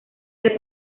del